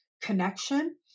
connection